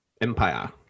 empire